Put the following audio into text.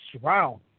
wow